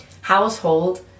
household